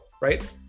right